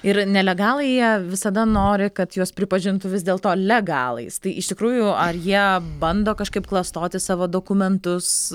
ir nelegalai jie visada nori kad juos pripažintų vis dėlto legalais tai iš tikrųjų ar jie bando kažkaip klastoti savo dokumentus